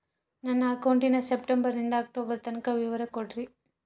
ನನ್ನ ಅಕೌಂಟಿನ ಸೆಪ್ಟೆಂಬರನಿಂದ ಅಕ್ಟೋಬರ್ ತನಕ ವಿವರ ಕೊಡ್ರಿ?